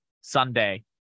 Sunday